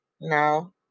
No